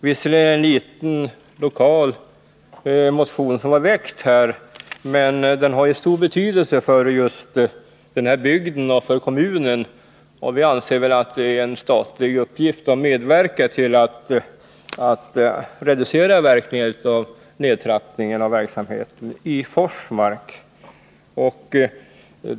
Visserligen gäller det här en så att säga lokal motion, men frågan har stor betydelse för bygden och för kommunen, och vi motionärer anser att det är en statlig angelägenhet att medverka till att reducera verkningarna av nedtrappningen av verksamheten i Forsmark.